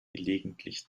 gelegentlich